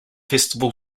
festival